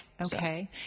Okay